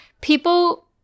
people